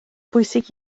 bwysig